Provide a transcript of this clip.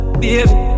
baby